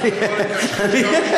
אל תדאג.